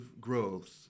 growth